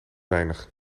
weinig